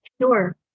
Sure